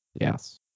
Yes